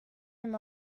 him